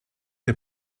der